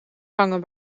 hangen